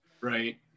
Right